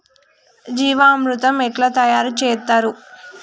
జీవామృతం ఎట్లా తయారు చేత్తరు?